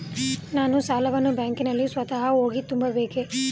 ನಾನು ಸಾಲವನ್ನು ಬ್ಯಾಂಕಿನಲ್ಲಿ ಸ್ವತಃ ಹೋಗಿ ತುಂಬಬೇಕೇ?